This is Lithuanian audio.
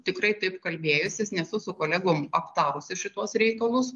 tikrai taip kalbėjusis nesu su kolegom aptarusi šituos reikalus